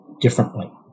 differently